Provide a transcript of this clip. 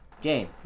game